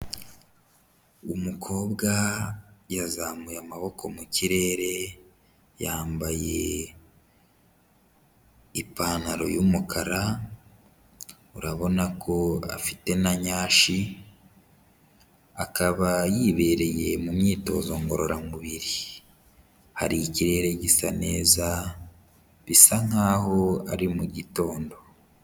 Umukobwa yazamuye amaboko mu kirere, yambaye ipantaro y'umukara, urabona ko afite na nyashi, akaba yibereye mu myitozo ngororamubiri. Hari ikirere gisa neza, bisa nkaho ari mu mu gitondo.